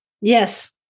yes